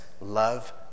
love